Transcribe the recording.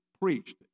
preached